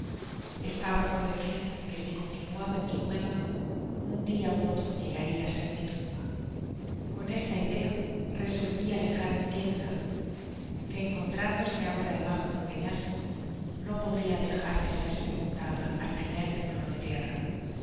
estaba convencido que si continuaba en mi cueva un dia ú otro llegaria á ser mi tumba con esta idea resolvi alejar mi tienda que encontrándose ahora debajo de u o ptóasco no podia dejar de ser sepultada al primer temblor de tierra